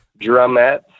drumettes